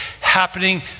happening